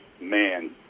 man